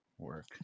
work